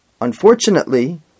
unfortunately